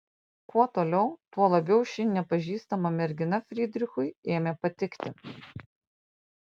kuo toliau tuo labiau ši nepažįstama mergina frydrichui ėmė patikti